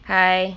hi